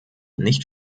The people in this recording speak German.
nicht